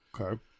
Okay